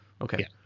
Okay